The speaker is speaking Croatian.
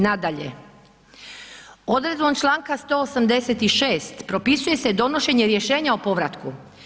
Nadalje, odredbom čl. 186. propisuje se donošenje rješenje o povratku.